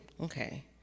Okay